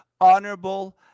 honorable